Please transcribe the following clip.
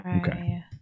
Okay